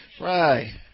Right